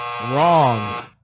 Wrong